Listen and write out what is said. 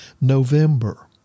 November